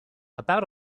about